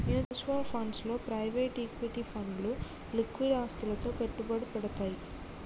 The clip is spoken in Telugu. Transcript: మ్యూచువల్ ఫండ్స్ లో ప్రైవేట్ ఈక్విటీ ఫండ్లు లిక్విడ్ ఆస్తులలో పెట్టుబడి పెడ్తయ్